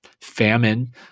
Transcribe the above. famine